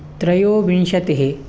त्रयोविंशतिः